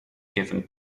given